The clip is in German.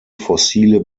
fossile